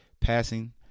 passing